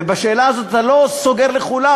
ובשאלה הזאת אתה לא סוגר לכולם,